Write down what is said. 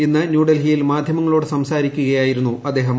ഇന്ന് ന്യൂഡൽഹിയിൽ മാധ്യമങ്ങളോട് സംസാരിക്കുകയായിരുന്നു അദ്ദേഹം